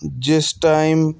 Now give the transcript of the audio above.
ਜਿਸ ਟਾਈਮ